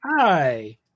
hi